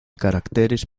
caracteres